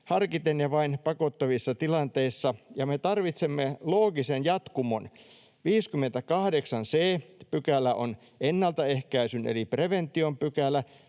harkiten ja vain pakottavissa tilanteissa, ja me tarvitsemme loogisen jatkumon. 58 c § on ennaltaehkäisyn eli prevention pykälä,